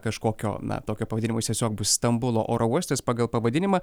kažkokio na tokio pavadinimo jis tiesiog bus stambulo oro uostas pagal pavadinimą